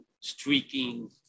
streaking